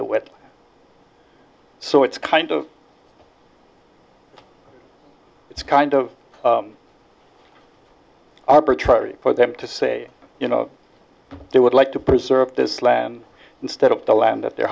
the west so it's kind of it's kind of arbitrary for them to say you know they would like to preserve this land instead of the land that their